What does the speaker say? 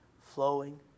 flowing